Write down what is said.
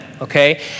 okay